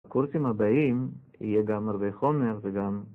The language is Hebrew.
בקורסים הבאים יהיה גם הרבה חומר וגם...